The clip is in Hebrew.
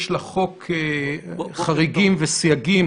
יש לחוק חריגים וסייגים.